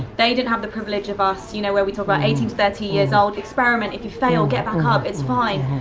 they didn't have the privilege of us, you know, where we talk about eighteen to thirty years old. experiment, if you fail, get back ah up, it's fine.